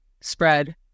spread